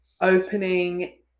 opening